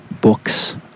books